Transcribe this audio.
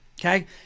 Okay